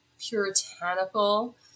puritanical